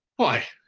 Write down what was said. why,